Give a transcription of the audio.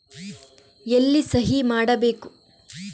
ಎಲ್ಲಿ ಸಹಿ ಮಾಡಬೇಕು?